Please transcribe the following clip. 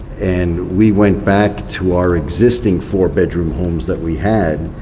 and we went back to our existing four bedroom homes that we had,